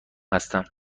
هستم